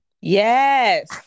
Yes